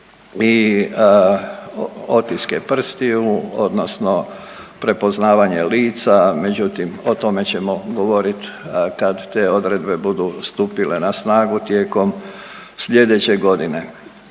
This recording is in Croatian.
i otiske prstiju odnosno prepoznavanje lica međutim o tome ćemo govorit kad te odredbe budu stupila na snagu tijekom slijedeće godine.